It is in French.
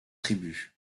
tribus